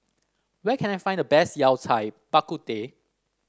where can I find the best Yao Cai Bak Kut Teh